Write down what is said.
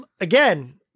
Again